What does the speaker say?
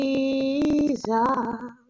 Jesus